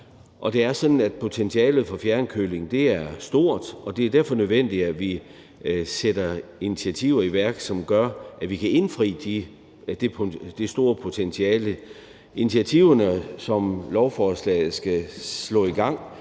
potentialet for fjernkøling er stort, og det er derfor nødvendigt, at vi sætter initiativer i værk, som gør, at vi kan indfri det store potentiale. Initiativerne, som lovforslaget skal sætte i gang,